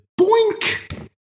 boink